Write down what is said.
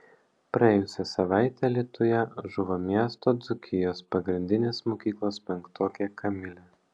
praėjusią savaitę alytuje žuvo miesto dzūkijos pagrindinės mokyklos penktokė kamilė